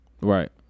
Right